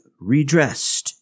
redressed